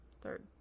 third